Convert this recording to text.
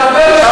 והרבה יותר,